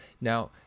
Now